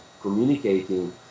communicating